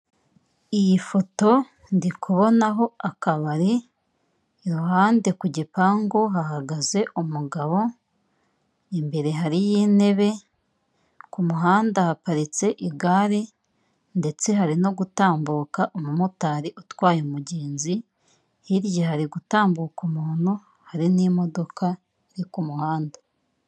Iyi foto, ndi kubonaho akabari, iruhande ku gipangu hahagaze umugabo, imbere hariyo intebe, ku muhanda haparitse igare, ndetse hari no gutambuka umumotari utwaye umugenzi, hirya hari gutambuka umuntu, hari n'imodoka iri ku muhanda.